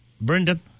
Brendan